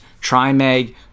Trimag